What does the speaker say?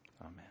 amen